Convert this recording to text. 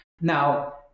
Now